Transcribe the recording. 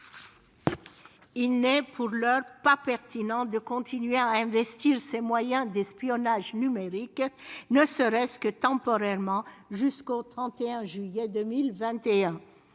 il n'est pour l'heure pas pertinent de continuer à investir dans ces moyens d'espionnage informatique, ne serait-ce que temporairement, jusqu'au 31 juillet 2021.